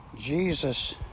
Jesus